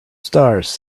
stars